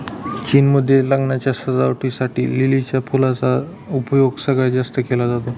चीन मध्ये लग्नाच्या सजावटी साठी लिलीच्या फुलांचा उपयोग सगळ्यात जास्त केला जातो